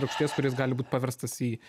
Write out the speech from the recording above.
rūgšties kuris gali būt paverstas į